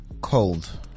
cold